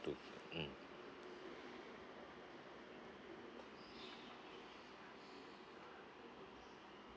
to mm